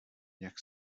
jak